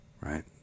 Right